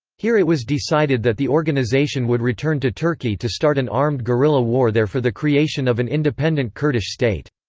here it was decided that the organisation would return to turkey to start an armed guerilla war there for the creation of an independent kurdish state.